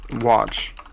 watch